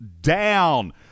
down